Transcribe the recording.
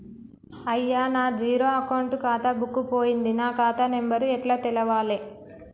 అయ్యా నా zero account ఖాతా బుక్కు పోయింది నా ఖాతా నెంబరు ఎట్ల తెలవాలే?